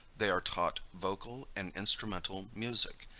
they are taught vocal and instrumental music,